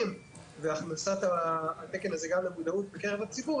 והכנסת התקן הזה למודעות בקרב הציבור,